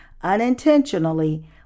unintentionally